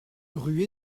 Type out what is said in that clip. rue